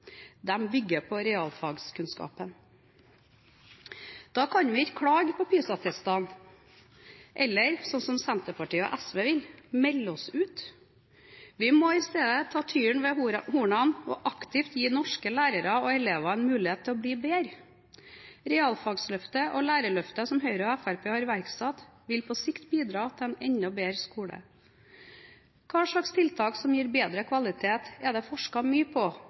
bygger på realfagskunnskapen. Da kan vi ikke klage på PISA-testene, eller, slik Senterpartiet og SV vil, melde oss ut. Vi må i stedet ta tyren ved hornene og aktivt gi norske lærere og elever en mulighet til å bli bedre. Realfagsløftet og lærerløftet, som Høyre og Fremskrittspartiet har iverksatt, vil på sikt bidra til en enda bedre skole. Hvilke tiltak som gir bedre kvalitet, er det forsket mye på,